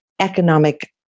economic